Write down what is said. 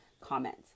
comments